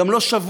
גם לא שבוע.